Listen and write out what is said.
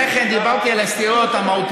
לאה,